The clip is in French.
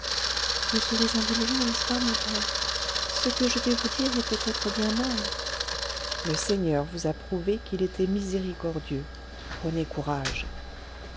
vous serez indulgent n'est-ce pas mon père ce que je vais vous dire est peut-être bien mal le seigneur vous a prouvé qu'il était miséricordieux prenez courage